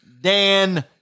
Dan